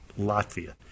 Latvia